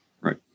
Right